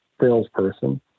salesperson